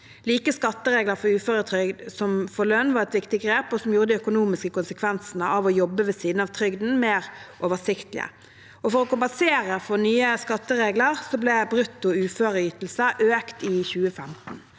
Like skatteregler for uføretrygd som for lønn var et viktig grep, og det gjorde de økonomiske konsekvensene av å jobbe ved siden av trygden mer oversiktlige. For å kompensere for nye skatteregler ble brutto uføreytelser økt i 2015.